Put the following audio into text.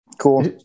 Cool